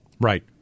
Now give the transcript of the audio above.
Right